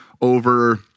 over